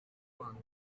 rwanda